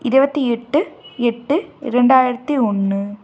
இருபத்தி எட்டு எட்டு இரண்டாயிரத்தி ஒன்று